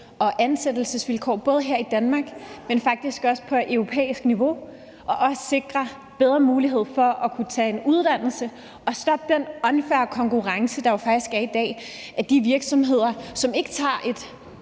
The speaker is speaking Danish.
og ansættelsesvilkår, både her i Danmark, men faktisk også på europæisk niveau, og at vi også vil sikre bedre mulighed for kunne tage en uddannelse. Vi skal have stoppet den unfair konkurrence, som der jo faktisk er i dag fra de virksomheder, som ikke tager et